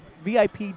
VIP